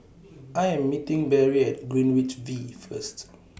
I Am meeting Barrie At Greenwich V First